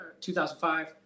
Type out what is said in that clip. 2005